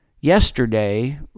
yesterday